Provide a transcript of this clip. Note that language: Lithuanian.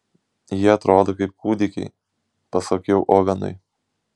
jie atrodo kaip kūdikiai pasakiau ovenui